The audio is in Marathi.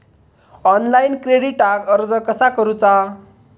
ऑनलाइन क्रेडिटाक अर्ज कसा करुचा?